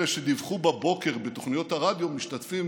אלה שדיווחו בבוקר בתוכניות הרדיו, משתתפים